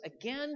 again